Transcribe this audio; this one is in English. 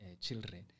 children